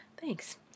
Thanks